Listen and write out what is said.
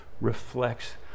reflects